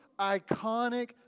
iconic